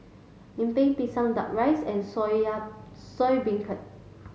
Lemper Pisang duck rice and Soya Beancurd